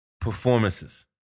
performances